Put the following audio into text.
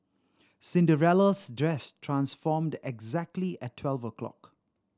Cinderella's dress transformed exactly at twelve o' clock